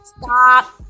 Stop